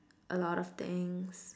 a lot of things